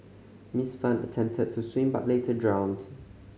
Miss Fan attempted to swim but later drowned